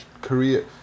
Korea